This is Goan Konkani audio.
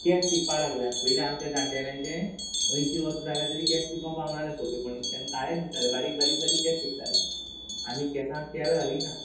केंस पिकपाक लागल्या पयलीं आमच्या जाण्टेल्यांचे अंयशीं वर्स जाल्या तरी केंस पिको पाव नाल्हे सोंपेपणी तेन्न काळेत दिसताले बारीक बारीक बारीक केंस पिकताले आमी केंसांक तेल घालिना